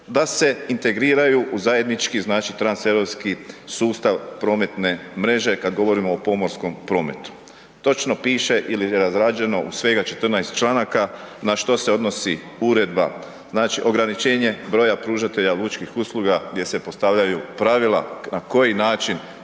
da se integriraju u zajednički, znači, transeuropski sustav prometne mreže kada govorimo o pomorskom prometu, točno piše ili razrađeno u svega 14 članaka na što se odnosi uredba, znači, ograničenje broja pružatelja lučkih usluga gdje se postavljaju pravila na koji način